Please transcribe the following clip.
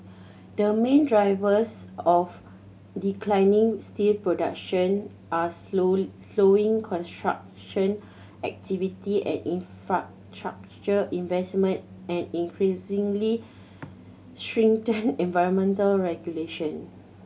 the main drivers of declining steel production are slowly slowing construction activity and infrastructure investment and increasingly stringent environmental regulation